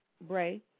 Bray